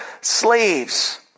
slaves